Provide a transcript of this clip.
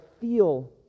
feel